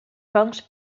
fongs